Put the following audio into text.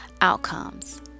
outcomes